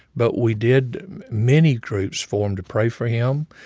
but we did many groups formed to pray for him.